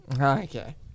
Okay